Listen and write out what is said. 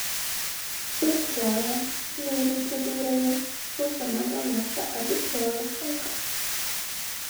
ir džoja meiliai pridūrė ji spausdama delnuose abi džojos rankas